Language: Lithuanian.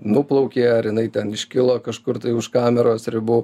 nuplaukė ar jinai ten iškilo kažkur tai už kameros ribų